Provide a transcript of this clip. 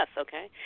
okay